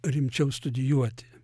rimčiau studijuoti